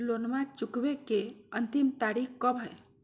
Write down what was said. लोनमा चुकबे के अंतिम तारीख कब हय?